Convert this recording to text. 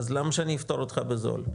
אז למה שאפטור אותך בזול?